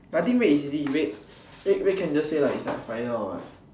I think red is easy red red red can just say like is like fire what